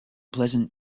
pleasant